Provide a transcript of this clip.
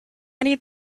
need